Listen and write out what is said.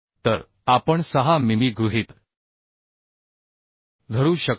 तर आपण 6 मिमी गृहीत धरू शकतो